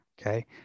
Okay